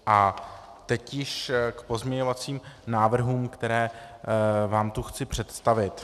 A teď již k pozměňovacím návrhům, které vám tu chci představit.